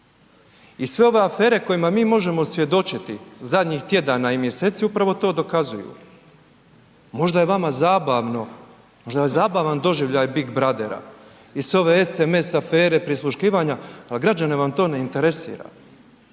I sve ove afere kojima mi možemo svjedočiti zadnjih tjedana i mjeseci upravo to dokazuju. Možda je vama zabavno, možda vam je zabavan doživljaj big brothera i sve ove SMS afere prisluškivanja, al građane vam to ne interesira,